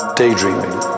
daydreaming